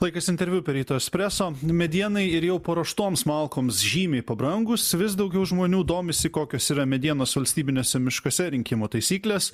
laikas interviu per ryto espreso medienai ir jau paruoštoms malkoms žymiai pabrangus vis daugiau žmonių domisi kokios yra medienos valstybiniuose miškuose rinkimo taisyklės